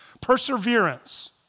perseverance